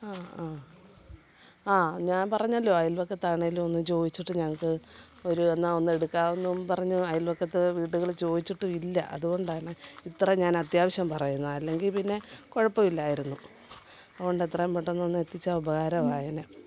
ആ അ അ ഞാൻ പറഞ്ഞല്ലോ അയൽവക്കത്താണെങ്കിലും ഒന്നു ചോദിച്ചിട്ട് ഞങ്ങൾക്കത് ഒരു എന്നാൽ ഒന്ന് എടുക്കാമെന്നും പറഞ്ഞ് അയൽവക്കത്തെ വീടുകളിൽ ചോദിച്ചിട്ടും ഇല്ലാ അതുകൊണ്ടാണ് ഇത്ര ഞാൻ അത്യാവശ്യം പറയുന്നത് അല്ലെങ്കിൽ പിന്നെ കുഴപ്പമില്ലായിരുന്നു അതുകൊണ്ട് എത്രയും പെട്ടെന്നൊന്ന് എത്തിച്ചാൽ ഉപകാരമായേനെ